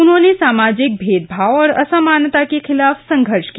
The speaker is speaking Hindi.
उन्होंने सामाजिक भेदभाव और असमानता के खिलाफ संघर्ष किया